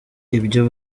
ibyo